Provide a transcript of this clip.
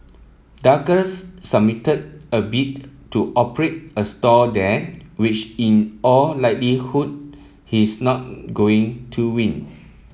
Douglas submitted a bid to operate a stall there which in all likelihood he is not going to win